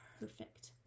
perfect